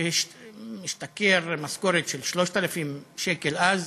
שהשתכר משכורת של 3,000 שקלים אז,